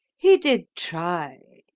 he did try.